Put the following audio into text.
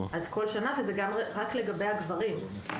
אז כל שנה, וזה גם רק לגבי הגברים.